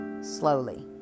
Slowly